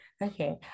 Okay